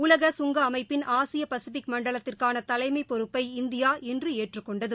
உலக கங்க அமைப்பின் ஆசிய பசிபிக் மண்டலத்திற்கான தலைமை பொறுப்பை இந்தியா இன்று ஏற்றுக்கொண்டது